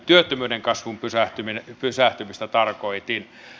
työttömyyden kasvun pysähtymistä tarkoitin